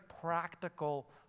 practical